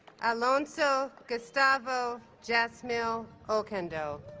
alonso gustavo villasmil ocando